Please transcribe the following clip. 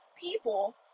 people